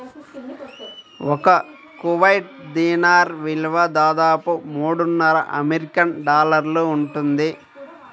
ఒక కువైట్ దీనార్ విలువ దాదాపు మూడున్నర అమెరికన్ డాలర్లు ఉంటుంది